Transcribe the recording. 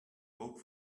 vote